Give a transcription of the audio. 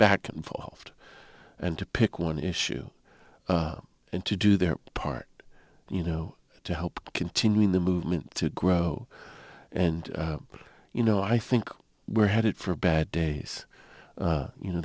back involved and to pick one issue and to do their part you know to help continuing the movement to grow and you know i think we're headed for bad days you know